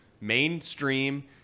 mainstream